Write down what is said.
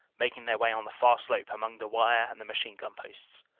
making their way on the far slope among the wire and the machine-gun posts.